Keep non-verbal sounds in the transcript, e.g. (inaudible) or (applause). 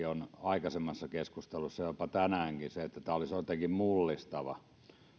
(unintelligible) on oletettu aikaisemmassa keskustelussa jopa tänäänkin että tämä olisi jotenkin mullistava